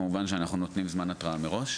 כמובן שאנחנו נותנים זמן התרעה מראש.